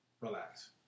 relax